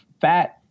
fat